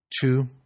Two